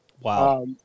Wow